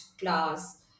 class